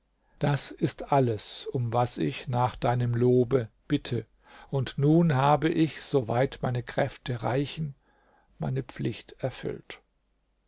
das ist alles um was ich nach deinem lobe bitte und nun habe ich so weit meine kräfte reichen meine pflicht erfüllt